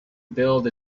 build